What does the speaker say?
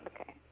Okay